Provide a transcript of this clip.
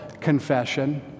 confession